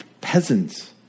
peasants